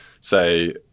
say